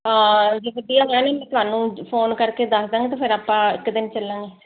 ਹਾਂ ਤੁਹਾਨੂੰ ਫੋਨ ਕਰਕੇ ਦੱਸ ਦਾਂਗੇ ਤੇ ਫਿਰ ਆਪਾਂ ਇੱਕ ਦਿਨ ਚੱਲਾਂਗੇ